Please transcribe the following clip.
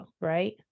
right